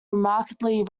remarkably